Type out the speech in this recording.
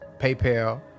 PayPal